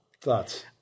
thoughts